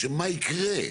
שמה יקרה?